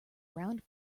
round